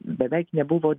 beveik nebuvo